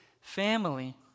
family